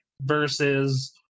versus